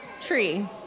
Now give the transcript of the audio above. tree